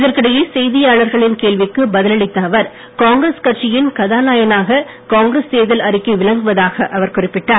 இதற்கிடையே செய்தியாளர்களின் கேள்விகளுக்கு பதில் அளித்த அவர் காங்கிரஸ் கட்சியின் கதாநாயகனாக காங்கிரஸ் தேர்தல் அறிக்கை விளங்குவதாக அவர் குறிப்பிட்டார்